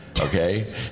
okay